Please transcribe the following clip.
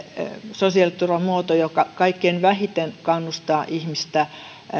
sosiaaliturvan muoto joka kaikkein vähiten kannustaa ihmistä